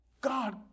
God